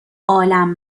عالم